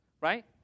Right